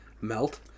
melt